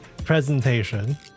presentation